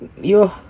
yo